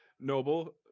Noble